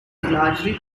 largely